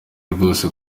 rwose